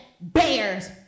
bears